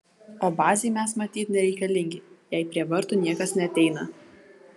o bazei mes matyt nereikalingi jei prie vartų niekas neateina